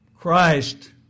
Christ